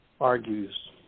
argues